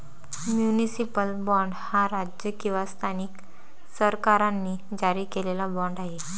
municipal bond हा राज्य किंवा स्थानिक सरकारांनी जारी केलेला बाँड आहे